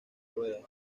ruedas